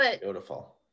Beautiful